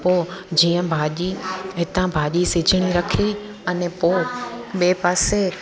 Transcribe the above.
पोइ जीअं भाॼी हितां भाॼी सिजणी रखी अने पोइ ॿिए पासे